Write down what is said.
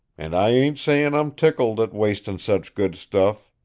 an' i ain't sayin' i'm tickled at wastin' such good stuff.